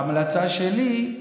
ההמלצה שלי: